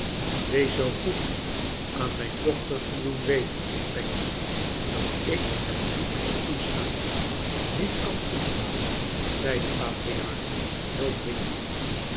wees zoo goed aan mijn dochter te doen we ten mijnheer pancks dat ik het niet kan toestaan niet kan toestaan zei de patriarch heel vriendelijk